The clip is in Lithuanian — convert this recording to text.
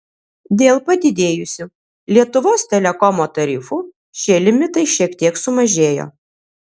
dėl padidėjusių lietuvos telekomo tarifų šie limitai šiek tiek sumažėjo